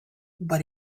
but